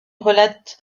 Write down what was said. relate